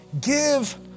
give